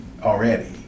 already